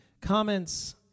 comments